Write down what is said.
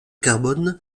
carbone